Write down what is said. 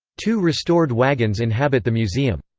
two restored wagons inhabit the museum.